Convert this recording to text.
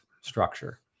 structure